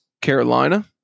Carolina